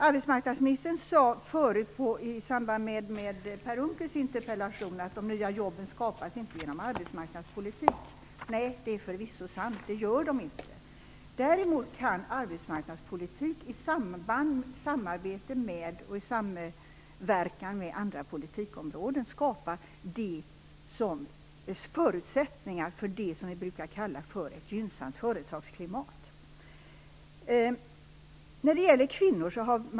Unckels interpellation att de nya jobben inte skapas genom arbetsmarknadspolitik. Det är förvisso sant. Däremot kan arbetsmarknadspolitik i samverkan med andra politikområden skapa förutsättningar för det som vi brukar kalla ett gynnsamt företagsklimat.